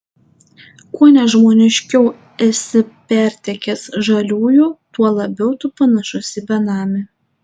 kuo nežmoniškiau esi pertekęs žaliųjų tuo labiau tu panašus į benamį